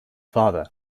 father